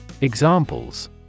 Examples